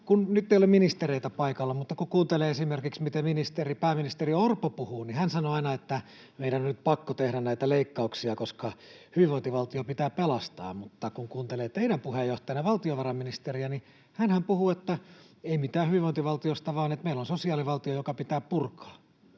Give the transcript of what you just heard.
Nyt ei ole ministereitä paikalla, mutta kun kuuntelee, miten esimerkiksi pääministeri Orpo puhuu, niin hän sanoo aina, että meidän on nyt pakko tehdä näitä leikkauksia, koska hyvinvointivaltio pitää pelastaa. Mutta kun kuuntelee teidän puheenjohtajaanne, valtiovarainministeriä, niin hänhän puhuu — ei mitään hyvinvointivaltiosta — että meillä on sosiaalivaltio, joka pitää purkaa.